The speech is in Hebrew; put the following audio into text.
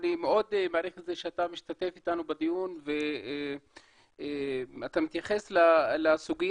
אני מאוד מעריך את זה שאתה משתתף איתנו בדיון ואתה מתייחס לסוגיה.